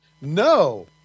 No